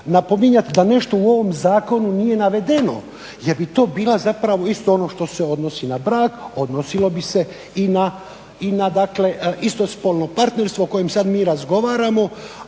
napominjati da nešto u ovom zakonu nije navedeno jer bi to bila isto ono što se odnosi na brak, odnosilo bi se i na istospolno partnerstvo o kojem sada mi razgovaramo,